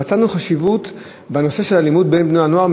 ראינו חשיבות בנושא של אלימות בקרב בני-הנוער,